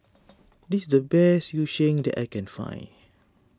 this is the best Yu Sheng that I can find